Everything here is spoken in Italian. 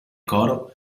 coro